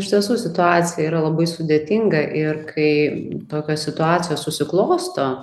iš tiesų situacija yra labai sudėtinga ir kai tokia situacija susiklosto